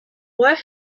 where